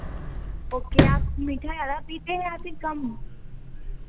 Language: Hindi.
ओके आप मीठा ज़्यादा पीते हैं या फिर कम